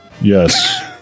Yes